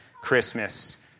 Christmas